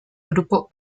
grupo